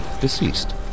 deceased